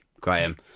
Graham